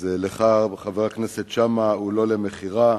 אז לך, וחבר הכנסת שאמה, הוא לא למכירה,